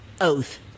oath